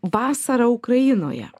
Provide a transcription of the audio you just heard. vasarą ukrainoje